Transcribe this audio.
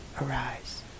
arise